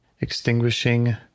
extinguishing